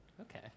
Okay